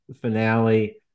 finale